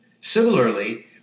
Similarly